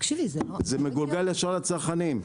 זה מגולגל ישר לצרכנים.